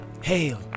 Hail